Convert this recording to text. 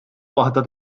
waħda